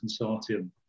Consortium